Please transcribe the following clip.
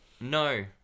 No